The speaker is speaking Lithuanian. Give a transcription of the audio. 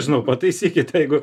žinau pataisykit jeigu